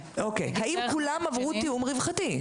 האם כולם עברו תיאום רווחתי?